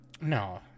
no